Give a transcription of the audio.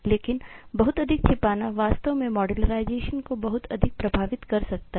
लेकिन बहुत अधिक छिपाना वास्तव में मॉडर्नाइजेशन को बहुत अधिक प्रभावित कर सकता है